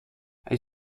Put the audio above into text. hij